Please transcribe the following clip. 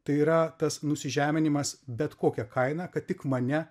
tai yra tas nusižeminimas bet kokia kaina kad tik mane